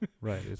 Right